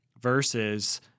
versus